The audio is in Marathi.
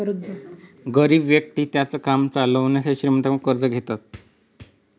गरीब व्यक्ति त्यांचं काम चालवण्यासाठी श्रीमंतांकडून कर्ज घेतात